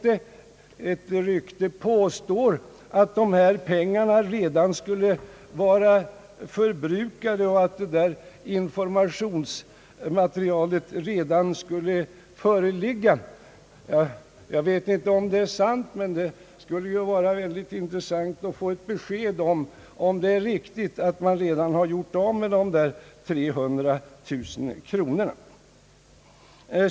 Ett rykte påstår att dessa pengar redan skulle vara förbrukade och att det åsyftade informationsmaterialet redan skulle föreligga. Jag vet inte om uppgiften är riktig, men det skulle vara intressant att få ett besked huruvida man redan gjort av med de 300 000 kronorna.